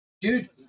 Dude